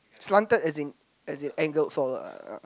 slanted as in as in angled forward ah